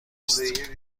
است